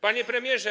Panie Premierze!